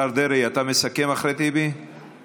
וזה מה שמביא ליבולי פירות